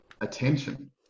attention